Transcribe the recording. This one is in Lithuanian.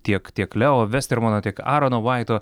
tiek tiek leo vestermano tiek arono vaito